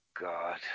God